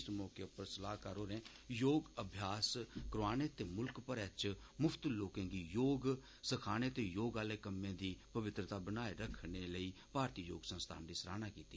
इस मौके उप्पर सलाहकार होरें योग अभ्यास करोआने ते मुल्क मरै च मुफ्त लोकें गी योग सखाने ते योग आह्ले कम्मे दी पवित्रता बनाए रक्खने लेई भारतीय योग संस्थान दी सराहना कीती